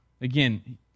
Again